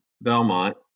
Belmont